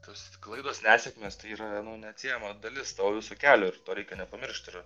tos klaidos nesėkmės tai yra neatsiejama dalis to viso kelio ir to reikia nepamiršt ir